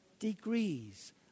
Degrees